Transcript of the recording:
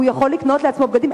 הוא יכול לקנות לעצמו בגדים?